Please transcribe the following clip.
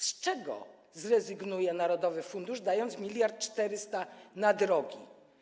Z czego zrezygnuje narodowy fundusz, dając miliard 400 na drogi?